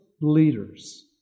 leaders